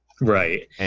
Right